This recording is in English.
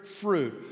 fruit